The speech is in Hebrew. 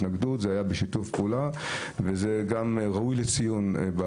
וזה ראוי לציון.